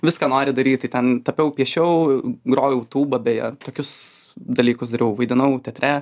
viską nori daryti ten tapiau piešiau grojau tūba beje tokius dalykus dariau vaidinau teatre